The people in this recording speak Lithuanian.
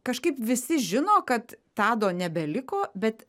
kažkaip visi žino kad tado nebeliko bet